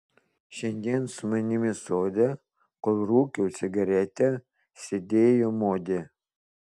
šiandien su manimi sode kol rūkiau cigaretę sėdėjo modė